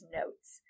notes